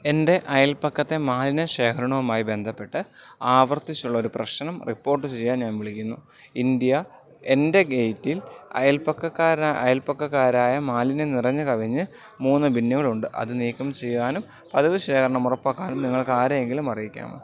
എൻ്റെ അയൽപക്കത്തെ മാലിന്യ ശേഖരണവുമായി ബന്ധപ്പെട്ട് ആവർത്തിച്ചുള്ളൊരു പ്രശ്നം റിപ്പോർട്ടു ചെയ്യാൻ ഞാൻ വിളിക്കുന്നു ഇന്ത്യാ എൻ്റെ ഗേറ്റിൽ അയൽപക്കക്കാരനാ അയൽപക്കക്കാരായ മാലിന്യം നിറഞ്ഞു കവിഞ്ഞ് മൂന്ന് ബിന്നുകളുണ്ട് അത് നീക്കം ചെയ്യാനും പതിവ് ശേഖരണം ഉറപ്പാക്കാനും നിങ്ങൾക്കാരെയെങ്കിലും അറിയിക്കാമോ